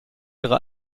ihre